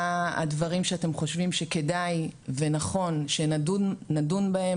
מה הדברים שאתם חושבים שכדאי ונכון שנדון בהם